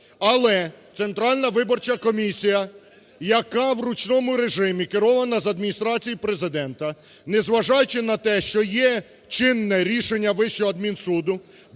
Але Центральна виборча комісія, яка в ручному режимі керована з Адміністрації Президента, незважаючи на те, що є чинне рішення Вищого адмінсуду,